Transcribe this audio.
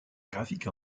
graphique